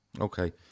Okay